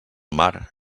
mar